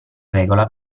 regola